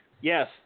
Yes